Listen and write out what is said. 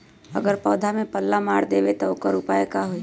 अगर पौधा में पल्ला मार देबे त औकर उपाय का होई?